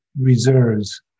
reserves